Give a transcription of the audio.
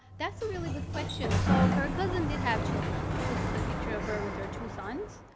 that's a really good question. so her cousin did have children. this is a picture of her with her two sons.